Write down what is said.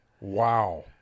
wow